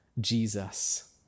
Jesus